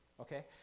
okay